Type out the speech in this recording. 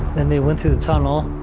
then they went through the tunnel